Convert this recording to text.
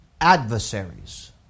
Adversaries